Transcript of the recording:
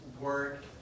work